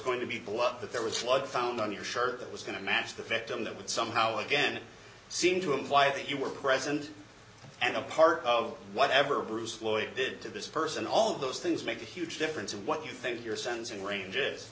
going to be blood that there was blood found on your shirt that was going to match the victim that would somehow again seem to imply that you were present and a part of whatever bruce floyd did to this person all those things make a huge difference in what you think you're sensing ranges